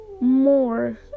more